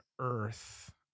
earth